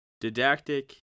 Didactic